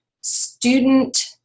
student